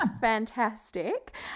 fantastic